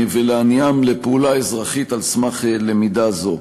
ולהניעם לפעולה אזרחית על סמך למידה זו.